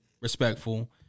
respectful